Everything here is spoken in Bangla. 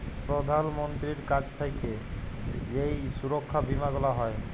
প্রধাল মন্ত্রীর কাছ থাক্যে যেই সুরক্ষা বীমা গুলা হ্যয়